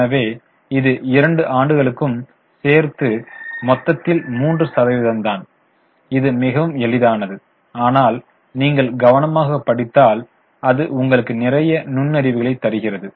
எனவே இது இரண்டு ஆண்டுகளுக்கும் சேர்த்து மொத்தத்தில் 3 சதவிகிதம் தான் இது மிகவும் எளிதானது ஆனால் நீங்கள் கவனமாக படித்தால் அது உங்களுக்கு நிறைய நுண்ணறிவுகளை தருகிறது